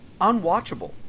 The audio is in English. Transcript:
unwatchable